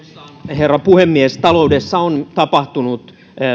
herra puhemies taloudessa on tapahtunut